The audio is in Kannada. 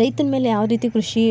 ರೈನ ಮೇಲೆ ಯಾವ ರೀತಿ ಕೃಷಿ